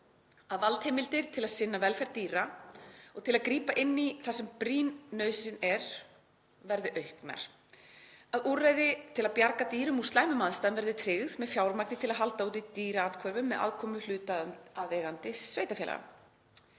c. Valdheimildir til að sinna velferð dýra og til að grípa inn í þar sem er brýn nauðsyn verði auknar. d. Úrræði til að bjarga dýrum úr slæmum aðstæðum verði tryggð með fjármagni til að halda úti dýraathvörfum með aðkomu hlutaðeigandi sveitarfélaga.